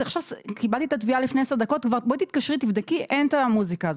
ממנה שתתקשר ותבדוק כי אין כבר את המוזיקה.